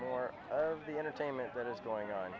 the entertainment that is going on